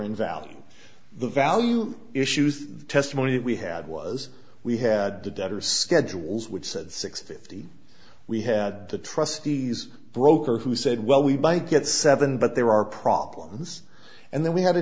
value the value issues testimony that we had was we had the debtor schedules which said six fifty we had the trustees broker who said well we might get seven but there are problems and then we had a